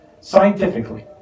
Scientifically